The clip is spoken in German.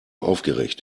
aufgeregt